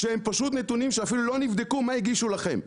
כשהם פשוט נתונים שאפילו לא נבדקו מה הגישו לכם,